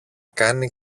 κάνει